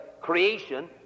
creation